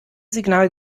signal